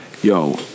Yo